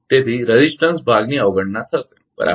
તેથી પ્રતિકારરેઝિસ્ટંસ ભાગની અવગણના થશે બરાબર